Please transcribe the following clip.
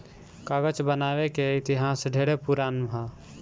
कागज बनावे के इतिहास ढेरे पुरान ह